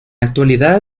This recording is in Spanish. actualidad